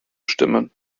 stimmen